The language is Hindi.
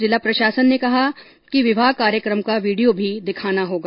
जिला प्रशासन ने कहा तो विवाह कार्यक्रम का वीडियो भी दिखाना होगा